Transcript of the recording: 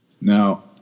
Now